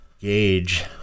gauge